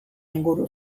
inguru